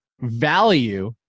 value